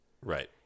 Right